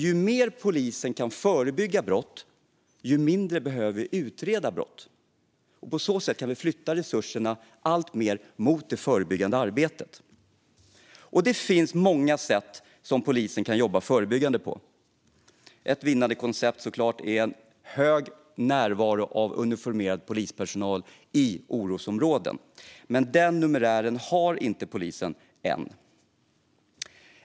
Ju mer polisen kan förebygga brott, desto mindre behöver vi utreda brott. På så sätt kan vi flytta resurserna alltmer mot det förebyggande arbetet. Det finns många sätt som polisen kan jobba förebyggande på. Ett vinnande koncept är såklart en hög närvaro av uniformerad polispersonal i orosområden. Men den numerären har inte polisen än.